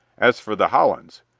as for the hollands,